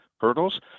hurdles